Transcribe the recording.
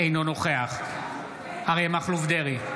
אינו נוכח אריה מכלוף דרעי,